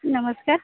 ନମସ୍କାର